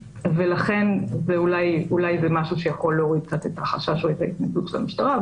ולכן אולי זה משהו שיכול להוריד קצת את החשש או את ההתנגדות של המשטרה.